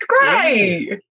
great